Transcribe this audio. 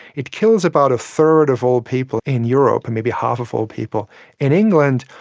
it kills about a third of all people in europe and maybe half of all people in england,